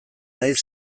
naiz